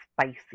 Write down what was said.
spicy